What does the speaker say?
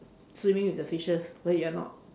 swimming with the fishes but you are not